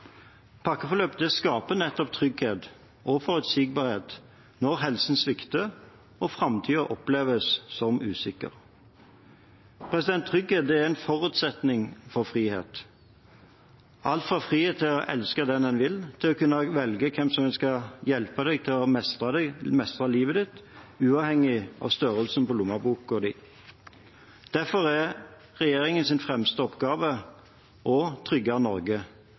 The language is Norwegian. Pakkeforløp skaper trygghet og forutsigbarhet når helsen svikter og framtiden oppleves som usikker. Trygghet er en forutsetning for frihet – alt fra frihet til å elske den en vil, til å kunne velge hvem som skal hjelpe deg til å mestre livet, uavhengig av størrelsen på lommeboken din. Derfor er regjeringens fremste oppgave å trygge Norge for at folk kan få leve et fritt og